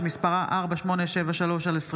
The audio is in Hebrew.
שמספרה פ/4873/25,